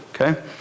Okay